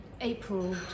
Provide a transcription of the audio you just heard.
April